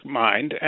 mind